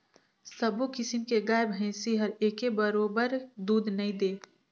सबो किसम के गाय भइसी हर एके बरोबर दूद नइ दे